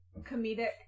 comedic